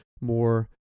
more